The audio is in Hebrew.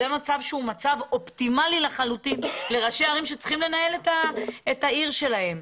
זה מצב אופטימלי לחלוטין לראשי ערים שצריכים לנהל את העיר שלהם.